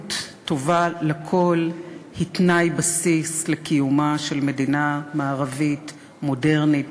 בריאות טובה לכול היא תנאי בסיס לקיומה של מדינה מערבית מודרנית,